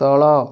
ତଳ